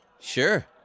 Sure